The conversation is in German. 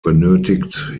benötigt